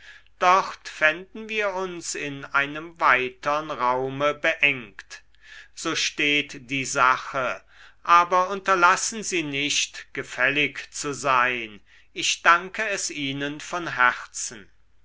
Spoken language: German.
dort fänden wir uns in einem weitern raume beengt so steht die sache aber unterlassen sie nicht gefällig zu sein ich danke es ihnen von herzen